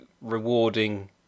rewarding